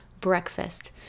breakfast